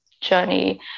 journey